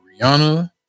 Rihanna